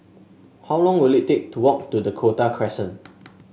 how long will it take to walk to the Dakota Crescent